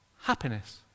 happiness